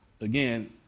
Again